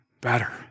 better